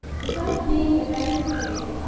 besides being a vanity slave,